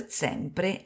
sempre